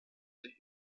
sich